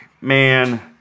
man